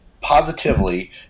positively